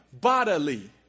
bodily